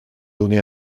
donné